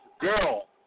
girl